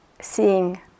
seeing